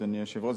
אדוני היושב-ראש,